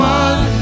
one